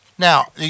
Now